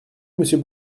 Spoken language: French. monsieur